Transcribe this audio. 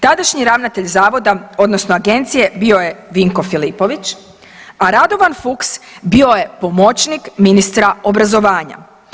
Tadašnji ravnatelj zavoda odnosno agencije bio je Vinko Filipović, a Radovan Fuchs bio je pomoćnik ministra obrazovanja.